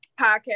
podcast